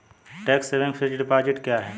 Tax saving fixed deposit क्या है?